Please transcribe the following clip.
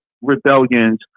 rebellions